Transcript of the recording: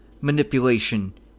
manipulation